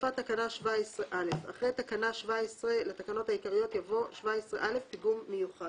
"הוספת תקנה 17א 4. אחרי תקנה 17 לתקנות העיקריות יבוא: "פיגום מיוחד